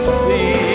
see